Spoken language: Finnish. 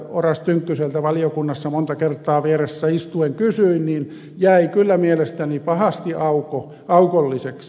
oras tynkkyseltä valiokunnassa monta kertaa vieressä istuen kysyin jäi kyllä mielestäni pahasti aukolliseksi